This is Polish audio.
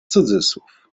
cudzysłów